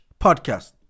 Podcast